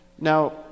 Now